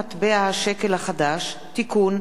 הצעת חוק מטבע השקל החדש (תיקון,